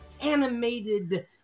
animated